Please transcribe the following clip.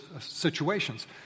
situations